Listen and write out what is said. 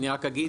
אני רק אגיד,